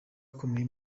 akomeye